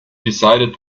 decided